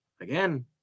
Again